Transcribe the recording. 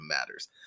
matters